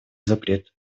запрет